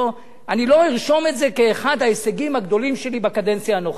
אני לא ארשום את זה כאחד ההישגים הגדולים שלי בקדנציה הנוכחית,